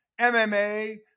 MMA